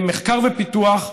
מחקר ופיתוח,